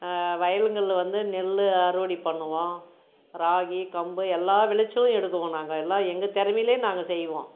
வயலுங்களில் வந்து நெல் அறுவடை பண்ணுவோம் ராகி கம்பு எல்லா விளைச்சலும் எடுக்குவோம் நாங்கள் எல்லா எங்கள் திறமைலே நாங்கள் செய்வோம்